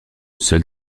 seul